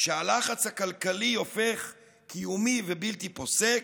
כשהלחץ הכלכלי הופך קיומי ובלתי פוסק,